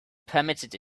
permitted